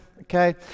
Okay